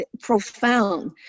profound